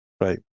Right